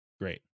Great